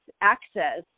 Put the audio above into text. access